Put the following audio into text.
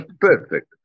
perfect